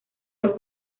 los